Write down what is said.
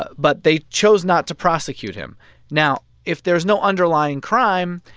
but they chose not to prosecute him now, if there's no underlying crime,